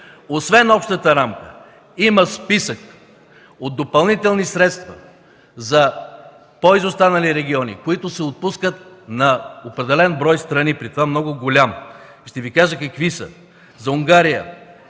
Освен общата рамка има списък от допълнителни средства за по-изостанали региони, които се отпускат на определен брой страни, при това много голям. Ще Ви кажа какви са. За Унгария